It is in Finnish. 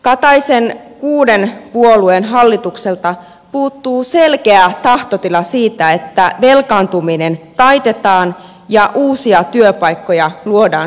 kataisen kuuden puolueen hallitukselta puuttuu selkeä tahtotila siitä että velkaantuminen taitetaan ja uusia työpaikkoja luodaan suomeen